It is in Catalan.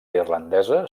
irlandesa